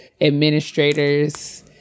administrators